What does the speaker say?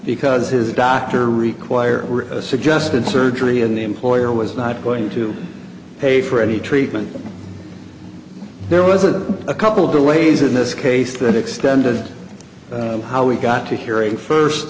because his doctor required suggested surgery and employer was not going to pay for any treatment there was a a couple of delays in this case that extended how we got to hearing first